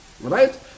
Right